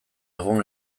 egun